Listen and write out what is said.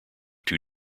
two